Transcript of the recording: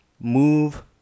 Move